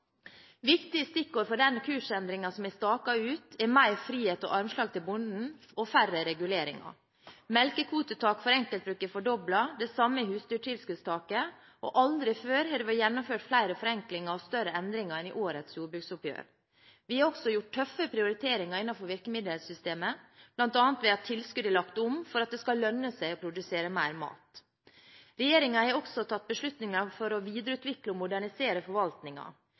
Viktige stikkord for den kursendringen som er staket ut, er mer frihet og armslag til bonden og færre reguleringer. Melkekvotetaket for enkeltbruk er fordoblet, det samme er husdyrtilskuddstaket, og aldri før har det vært gjennomført flere forenklinger og større endringer enn i årets jordbruksoppgjør. Vi har også gjort tøffe prioriteringer innenfor virkemiddelsystemet, bl.a. ved at tilskudd er lagt om for at det skal lønne seg å produsere mer mat. Regjeringen har også tatt beslutninger for å videreutvikle og modernisere